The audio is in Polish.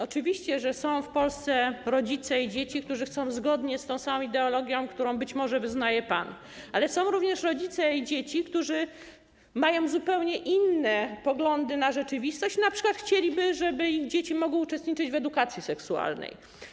Oczywiście, że są w Polsce rodzice i dzieci, którzy chcą postępować zgodnie z tą samą ideologią, którą być może wyznaje pan, ale są również rodzice i dzieci, którzy mają zupełnie inne poglądy na rzeczywistość, i ci rodzice np. chcieliby, żeby ich dzieci mogły uczestniczyć w edukacji seksualnej.